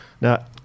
Now